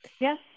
Yes